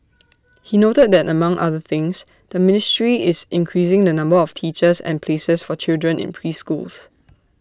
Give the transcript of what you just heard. he noted that among other things the ministry is increasing the number of teachers and places for children in preschools